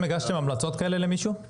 הגשתם המלצות כאלה למישהו?